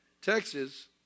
Texas